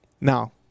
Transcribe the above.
Now